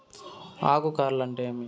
ఆకు కార్ల్ అంటే ఏమి?